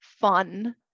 fun